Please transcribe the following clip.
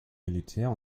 militär